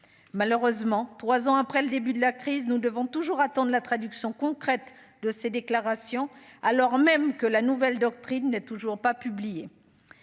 malheureusement, 3 ans après le début de la crise, nous devons toujours attendent de la traduction concrète de ces déclarations, alors même que la nouvelle doctrine n'est toujours pas publié